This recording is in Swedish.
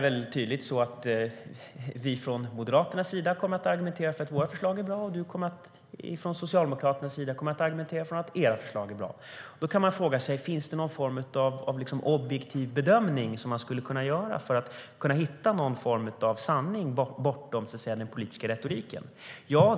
Vi moderater kommer att argumentera för att våra förslag är bra, och ni socialdemokrater kommer att argumentera för att era förslag är bra. Men finns det någon form av objektiv bedömning att tillgå för att hitta en sanning bortom den politiska retoriken?